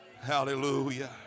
Hallelujah